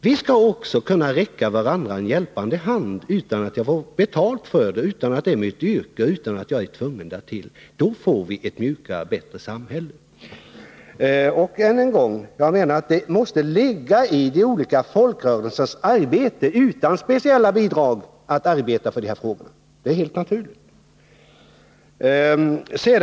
Vi skall också kunna räcka varandra en hjälpande hand utan att få betalt för det, utan att det är vårt yrke och utan att vi är tvungna därtill. På det sättet får vi ett mjukare och bättre samhälle. Än en gång vill jag säga att det måste ingå i de olika folkrörelsernas arbete att utan speciella bidrag verka för de här frågorna — det är helt naturligt.